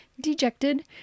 Dejected